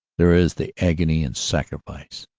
there is the agony and sacrifice.